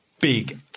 big